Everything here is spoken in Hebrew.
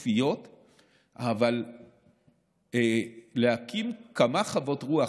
אבל להקים כמה חוות רוח